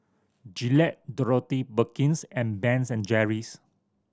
Gillette Dorothy Perkins and Ben's and Jerry's